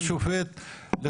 והשופט אמר לי,